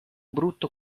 brutto